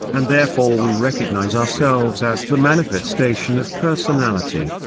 and therefore we recognise ourselves as the manifestation of personality.